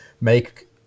make